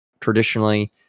Traditionally